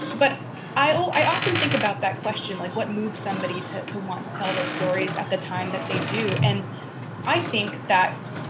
but i often think about that question, like what moves somebody to to want to tell their stories at the time that they do, and i think that,